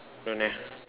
don't have